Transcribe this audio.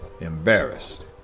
embarrassed